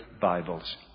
Bibles